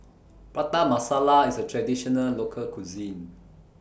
Prata Masala IS A Traditional Local Cuisine